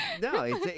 no